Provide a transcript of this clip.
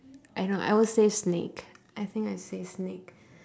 I know I will say snake I think I say snake